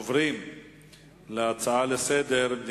אנחנו עוברים להצעות לסדר-היום בנושא: